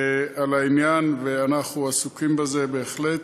על העניין, ואנחנו עסוקים בזה בהחלט.